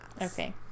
Okay